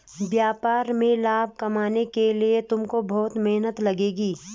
व्यापार में लाभ कमाने के लिए तुमको बहुत मेहनत लगेगी